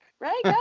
right